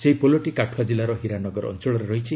ସେହି ପୋଲଟି କାଠୁଆ ଜିଲ୍ଲାର ହୀରାନଗର ଅଞ୍ଚଳରେ ରହିଛି